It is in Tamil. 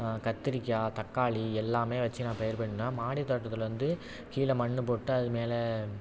கத்திரிக்காய் தக்காளி எல்லாமே வச்சு நான் பயிர் பண்ணுனேன் மாடி தோட்டத்தில் வந்து கீழ மண்ணு போட்டு அது மேலே